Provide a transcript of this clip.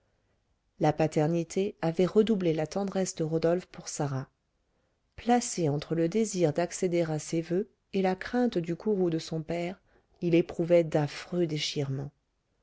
la paternité avait redoublé la tendresse de rodolphe pour sarah placé entre le désir d'accéder à ses voeux et la crainte du courroux de son père il éprouvait d'affreux déchirements